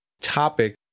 topic